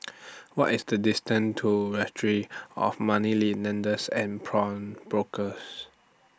What IS The distance to Registry of money lenders and Pawnbrokers